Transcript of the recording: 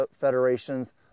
Federation's